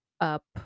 up